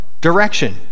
direction